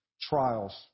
trials